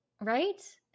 Right